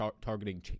targeting